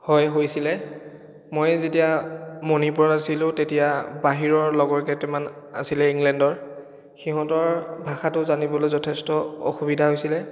হয় হৈছিলে মই যেতিয়া মণিপুৰত আছিলোঁ তেতিয়া বাহিৰৰ লগৰ কেইটামান আছিলে ইংলেণ্ডৰ সিহঁতৰ ভাষাটো জানিবলৈ অথেষ্ট অসুবিধা হৈছিলে